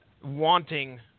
wanting